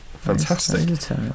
Fantastic